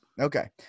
okay